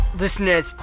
Listener's